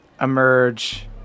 emerge